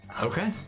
Okay